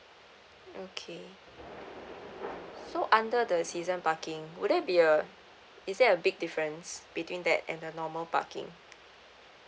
okay so under the season parking would there be uh is there a big difference between that and the normal parking